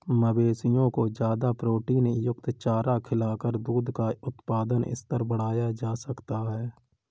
मवेशियों को ज्यादा प्रोटीनयुक्त चारा खिलाकर दूध का उत्पादन स्तर बढ़ाया जा सकता है